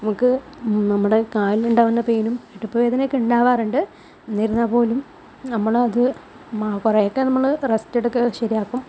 നമ്മക്ക് നമ്മുടെ കാലിനുണ്ടാകുന്ന പെയിനും ഇടുപ്പ് വേദനയൊക്കെ ഉണ്ടാവാറുണ്ട് എന്നിരുന്നാൽ പോലും നമ്മളത് കുറേയൊക്കെ നമ്മള് റെസ്റ്റ് എടുത്ത് ശരിയാക്കും